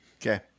Okay